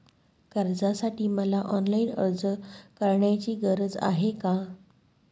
कर्जासाठी मला ऑनलाईन अर्ज करण्याची गरज आहे का?